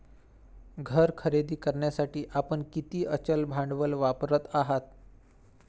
घर खरेदी करण्यासाठी आपण किती अचल भांडवल वापरत आहात?